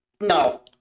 No